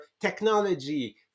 technology